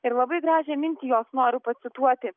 ir labai gražią mintį jos noriu pacituoti